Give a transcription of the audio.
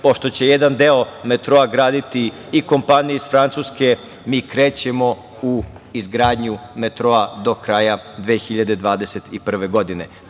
pošto će jedan deo metroa graditi i kompanije iz Francuske, mi krećemo u izgradnju metroa do kraja 2021. godine. Taj